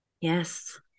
Yes